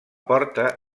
porta